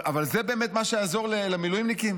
אבל זה באמת מה שיעזור למילואימניקים?